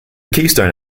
keystone